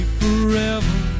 forever